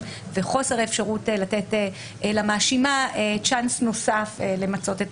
וחוסר האפשרות לתת למאשימה צ'אנס נוסף למצות את